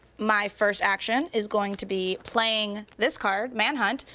my first action is going to be playing this card, manhunt,